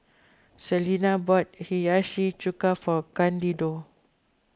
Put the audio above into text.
Selena bought Hiyashi Chuka for Candido